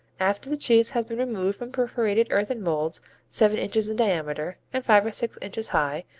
after the cheese has been removed from perforated earthen molds seven inches in diameter and five or six inches high,